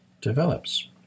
develops